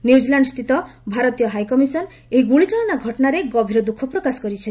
New Zealand ସ୍ଥିତ ଭାରତୀୟ high commission ଏହି ଗୁଳିଚାଳନା ଘଟଣାରେ ଗଭୀର ଦୁଃଖପ୍ରକାଶ କରିଛି